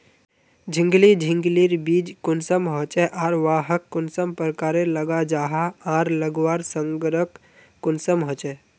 झिंगली झिंग लिर बीज कुंसम होचे आर वाहक कुंसम प्रकारेर लगा जाहा आर लगवार संगकर कुंसम होचे?